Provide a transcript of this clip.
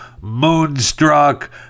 moonstruck